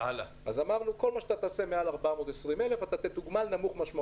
אז אמרנו שכל מה שיהיה מעל 420,000 יקבל תגמול נמוך בצורה משמעותית,